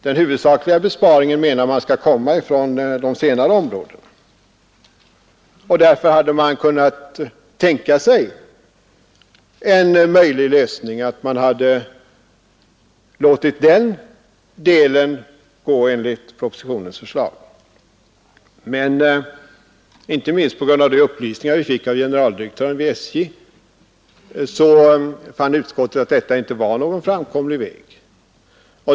Den huvudsakliga besparingen menar man skall komma från de senare områdena, och därför hade man som en möjlig lösning kunnat tänka sig att i den delen följa propositionens förslag. Men inte minst på grund av de upplysningar vi fick av generaldirektören i SJ fann utskottet att detta inte var någen framkomlig väg.